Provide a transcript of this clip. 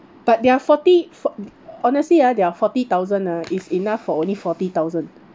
but their forty fo~ honestly ah their forty thousand ah is enough for only forty thousand